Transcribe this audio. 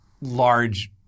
large